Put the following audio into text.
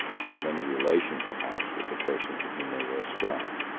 or of any relation, perhaps, with the person to whom they were ascribed.